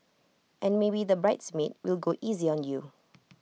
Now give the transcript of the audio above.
and maybe the bridesmaid will go easy on you